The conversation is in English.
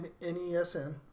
NESN